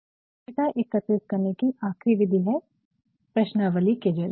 तो डाटा एकत्रित करने की आख़िरी विधि है प्रश्नावली के जरिए